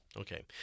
Okay